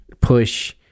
push